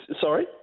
Sorry